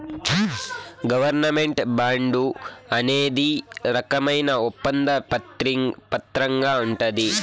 government bond అనేది రకమైన ఒప్పంద పత్రంగా ఉంటది